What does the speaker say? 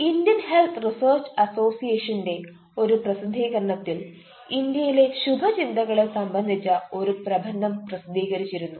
Indian health research അസോസിയേഷന്റെ ഒരു പ്രസിദ്ധീകരണത്തിൽ ഇന്ത്യയിലെ ശുഭ ചിന്തകളെ പോസിറ്റിവ് തിങ്കിംഗ് സംബന്ധിച്ച ഒരു പ്രബന്ധം പ്രസിദ്ധീകരിച്ചിരുന്നു